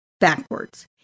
backwards